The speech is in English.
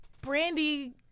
Brandy